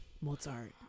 Mozart